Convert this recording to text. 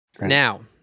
now